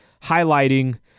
highlighting